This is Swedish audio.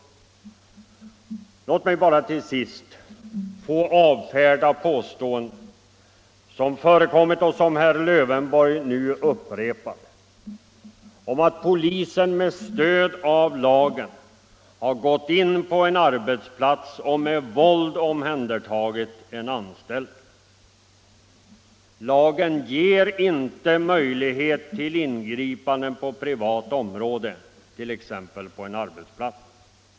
Låt mig bara till sist få avfärda påståenden, som förekommit och som herr Lövenborg nu upprepar, om att polisen med stöd av lagen har gått in på en arbetsplats och med våld omhändertagit en anställd. Lagen ger inte möjlighet till ingripanden på privat område, t.ex. på en arbetsplats.